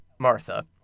Martha